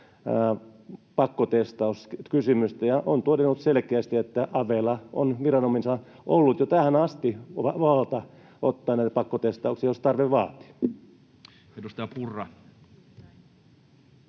pakkotestauskysymystä ja on todennut selkeästi, että aveilla on viranomaisena ollut jo tähän asti valta ottaa näitä pakkotestauksia, jos tarve vaatii. Edustaja Purra.